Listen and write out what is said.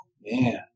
man